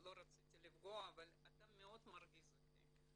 לא רציתי לפגוע, אבל אתה מאוד מרגיז אותי.